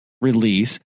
release